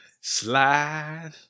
Slide